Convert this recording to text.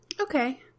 Okay